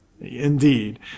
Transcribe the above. Indeed